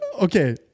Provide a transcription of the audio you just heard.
okay